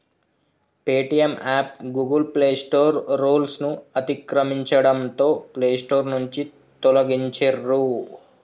Paytm app Google Play Store రూల్స్ను అతిక్రమించడంతో Play Store నుంచి తొలగించిర్రు